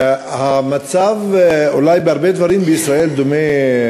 המצב בישראל אולי בהרבה דברים דומה,